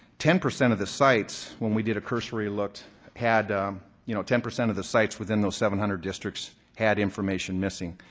ten percent of the sites, when we did a cursory look, you know ten percent of the sites within those seven hundred districts had information missing.